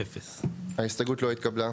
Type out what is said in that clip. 0 ההסתייגות לא התקבלה.